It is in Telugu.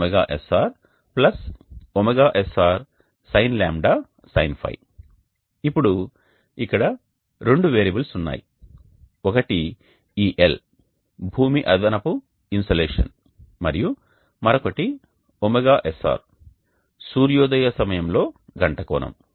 sin ωSR ωSR sin δ sin φ ఇప్పుడు ఇక్కడ రెండు వేరియబుల్స్ ఉన్నాయి ఒకటి ఈ L భూమి అదనపు ఇన్సోలేషన్ మరియు మరొకటి ωSR సూర్యోదయ సమయంలో గంట కోణం